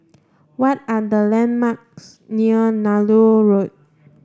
what are the landmarks near Nallur Road